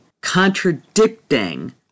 contradicting